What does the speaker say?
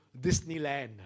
Disneyland